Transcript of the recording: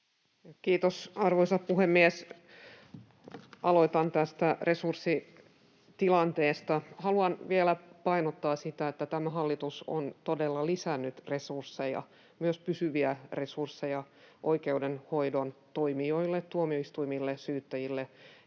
Kiitos, arvoisa puhemies! Aloitan tästä resurssitilanteesta. Haluan vielä painottaa sitä, että tämä hallitus on todella lisännyt resursseja, myös pysyviä resursseja, oikeudenhoidon toimijoille: tuomioistuimille, syyttäjille ja